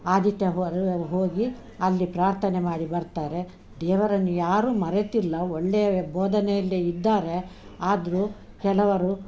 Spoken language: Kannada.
ಆದಿತ್ಯ ಹೋರ್ ಹೋಗಿ ಅಲ್ಲಿ ಪ್ರಾರ್ಥನೆ ಮಾಡಿ ಬರ್ತಾರೆ ದೇವರನ್ನು ಯಾರು ಮರೆತಿಲ್ಲ ಒಳ್ಳೆಯ ಬೋಧನೆಯಲ್ಲಿ ಇದ್ದಾರೆ ಆದರೂ ಕೆಲವರು